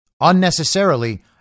unnecessarily